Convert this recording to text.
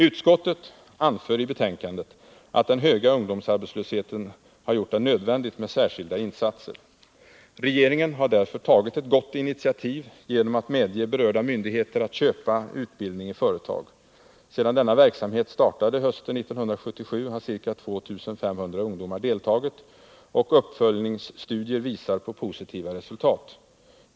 Utskottet anför i betänkandet att den höga ungdomsarbetslösheten har gjort det nödvändigt med särskilda insatser. Regeringen har därför tagit ett gott initiativ genom att medge berörda myndigheter att köpa utbildning i företag. Sedan denna verksamhet startade hösten 1977 har cirka 2 500 ungdomar deltagit, och uppföljningsstudier visar på positiva resultat.